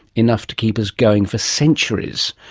enough to keep us going for centuries.